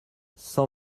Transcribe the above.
cent